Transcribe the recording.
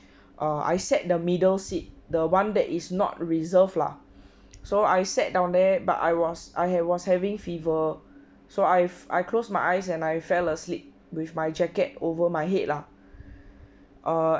err I sat the middle seat the one that is not reserve lah so I sat down there but I was I was having fever so I've I close my eyes and I fell asleep with my jacket over my head lah err